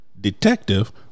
Detective